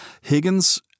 Higgins